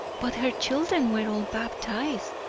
but her children were all baptised.